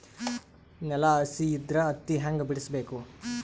ನೆಲ ಹಸಿ ಇದ್ರ ಹತ್ತಿ ಹ್ಯಾಂಗ ಬಿಡಿಸಬೇಕು?